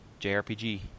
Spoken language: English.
JRPG